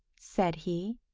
said he.